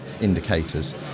indicators